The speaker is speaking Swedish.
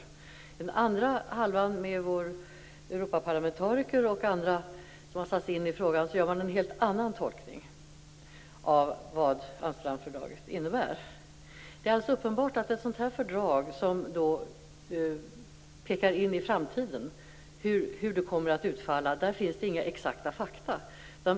På den andra halvan där en av våra Europaparlamenteriker och andra får komma till tals görs en helt annan tolkning av Det är helt uppenbart att med ett sådant fördrag som pekar in i framtiden att det inte finns några exakta fakta över hur det hela kommer att utfalla.